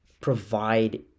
provide